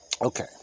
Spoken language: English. Okay